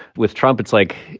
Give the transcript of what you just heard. with trump, it's like,